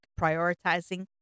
prioritizing